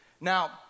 Now